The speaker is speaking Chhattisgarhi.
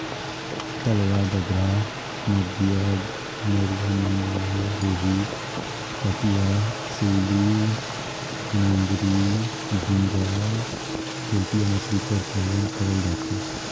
तलवा डबरा, नदिया नरूवा मन में रेहू, कतला, सूइली, मोंगरी, भुंडा, तेलपिया मछरी कर पालन करल जाथे